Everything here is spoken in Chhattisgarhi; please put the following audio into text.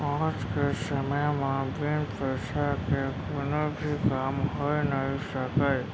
आज के समे म बिन पइसा के कोनो भी काम होइ नइ सकय